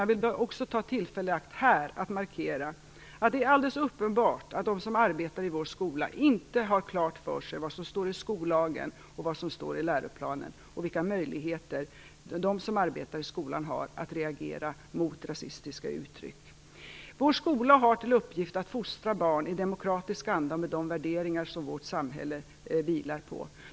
Jag vill ta tillfället i akt att här markera att det är alldeles uppenbart att de som arbetar i vår skola inte har klart för sig vad som står i skollagen, vad som står i läroplanen och vilka möjligheter de som arbetar i skolan har att reagera mot rasistiska uttryck. Vår skola har till uppgift att fostra barn i demokratisk anda och med de värderingar som vårt samhälle vilar på.